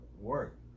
work